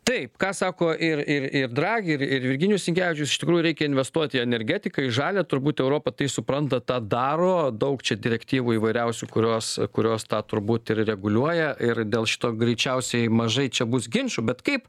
taip ką sako ir ir ir dragi ir ir virginijus sinkevičius iš tikrųjų reikia investuoti į energetiką į žalią turbūt europa tai supranta tą daro daug čia direktyvų įvairiausių kurios kurios tą turbūt ir reguliuoja ir dėl šito greičiausiai mažai čia bus ginčų bet kaip